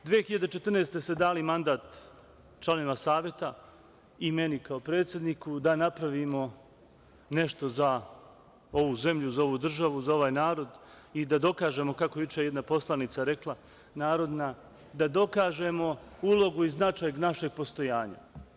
Godine 2014. ste dali mandat članovima Saveta i meni kao predsedniku da napravimo nešto za ovu zemlju, za ovu državu, za ovaj narod i da dokažemo, kako je juče jedna narodna poslanica rekla, da dokažemo ulogu i značaj našeg postojanja.